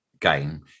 game